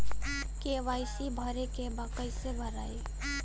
KYC भरे के बा कइसे भराई?